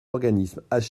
organismes